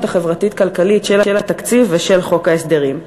החברתית-כלכלית של התקציב ושל חוק ההסדרים.